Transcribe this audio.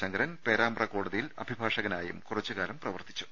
ശങ്കരൻ പേരാമ്പ്ര കോടതിയിൽ അഭി ഭാഷകനായും കുറച്ചുകാലം പ്രവർത്തിച്ചു